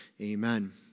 Amen